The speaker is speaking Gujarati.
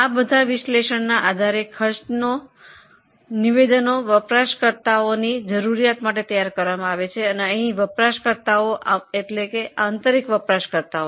આ બધા વિશ્લેષણના આધારે પડતરની નિવેદનો વપરાશકર્તાઓ માટે તૈયાર કરવામાં આવે છે જે આંતરિક વપરાશકર્તાઓ છે